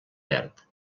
verd